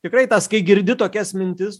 tikrai tas kai girdi tokias mintis